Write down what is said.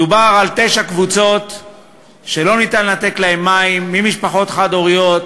מדובר על תשע קבוצות שלא ניתן לנתק להן מים: משפחות חד-הוריות,